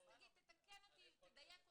אז תדייק אותי.